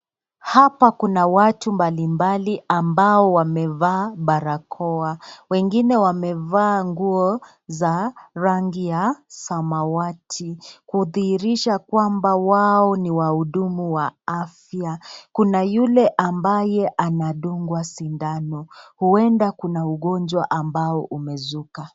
Hapa kuna watu mbalimbali ambao wamevaa barakoa. Wengine wamevaa nguo za rangi ya samawati kudhihirisha kwamba wao ni waudumu wa afya. Kuna yule ambaye anadungwa sindano, uenda kuna ugonjwa ambao umezuka.